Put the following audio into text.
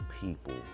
people